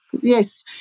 yes